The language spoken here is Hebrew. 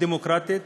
הדמוקרטית,